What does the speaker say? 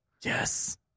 yes